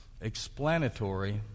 explanatory